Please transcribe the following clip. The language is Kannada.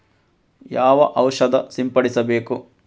ಯಾವ ಔಷಧ ಸಿಂಪಡಿಸಬೇಕು?